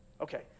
okay